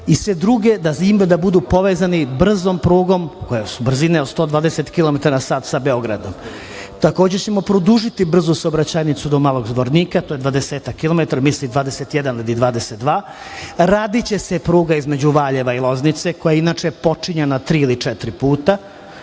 i sve druge da budu povezani brzom prugom kojoj brzine od 120 km na sat sa Beogradom. Takođe ćemo produžiti brzu saobraćajnicu do Malog Zvornika, to je dvadesetak kilometara, mislim 21 ili 22. Radiće se pruga između Valjeva i Loznice inače počinjana tri ili četiri puta,